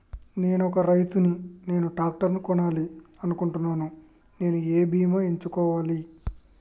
నేను ఒక రైతు ని నేను ట్రాక్టర్ కొనాలి అనుకుంటున్నాను నేను ఏ బీమా ఎంచుకోవాలి?